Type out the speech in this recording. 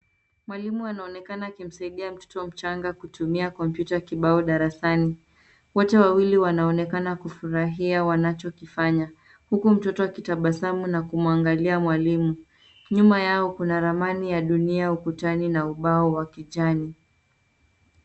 Mwalimu anaonekana akimsaidia mtoto mchanga kutumia kompyuta kibao darasani. Wote wawili wanaonekana kufurahia wanachokifanya, huku mtoto akitabasamu na kumwangalia mwalimu. Nyuma yao kuna ramani ya dunia ukutani na ubao wa kijani.